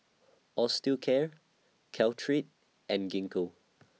Osteocare Caltrate and Gingko